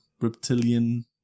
reptilian